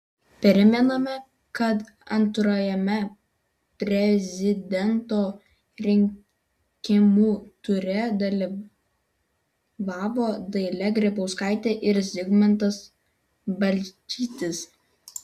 primename kad antrajame prezidento rinkimų ture dalyvavo dalia grybauskaitė ir zygmantas balčytis